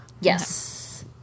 Yes